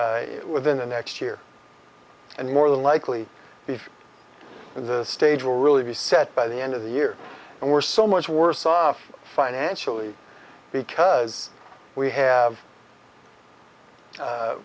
within the next year and more than likely if the stage will really be set by the end of the year and we're so much worse off financially because we have